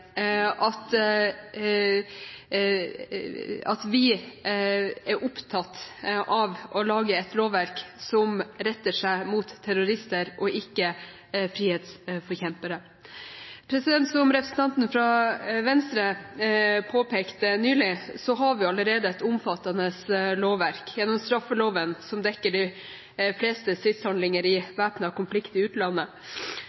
at vi er opptatt av å lage et lovverk som retter seg mot terrorister, ikke frihetsforkjempere. Som representanten fra Venstre påpekte nylig, har vi allerede et omfattende lovverk gjennom straffeloven, som dekker de fleste stridshandlinger i